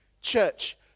Church